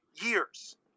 years